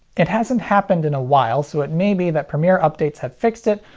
it hasn't happened in a while, so it may be that premiere updates have fixed it,